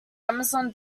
amazon